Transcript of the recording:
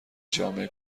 جامع